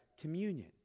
communion